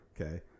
Okay